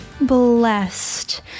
blessed